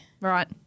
Right